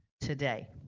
today